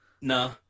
Nah